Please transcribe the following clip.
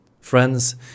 Friends